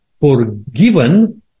forgiven